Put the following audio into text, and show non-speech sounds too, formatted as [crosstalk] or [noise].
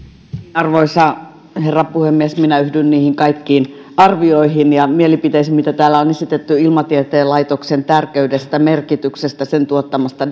arvoisa herra puhemies yhdyn niihin kaikkiin arvioihin ja mielipiteisiin mitä täällä on esitetty ilmatieteen laitoksen tärkeydestä merkityksestä sen tuottamasta [unintelligible]